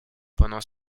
pendant